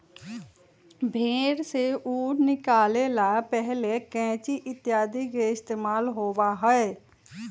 भेंड़ से ऊन निकाले ला पहले कैंची इत्यादि के इस्तेमाल होबा हलय